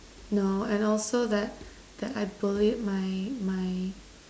no and also that that I believe my my